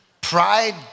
Pride